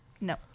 No